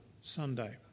Sunday